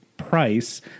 price